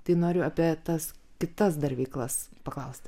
tai noriu apie tas kitas dar veiklas paklausti